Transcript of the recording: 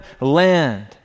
land